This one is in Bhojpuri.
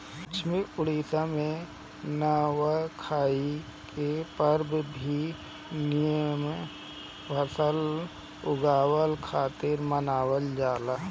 पश्चिम ओडिसा में नवाखाई के परब भी निमन फसल उगला खातिर मनावल जाला